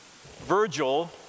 Virgil